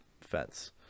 fence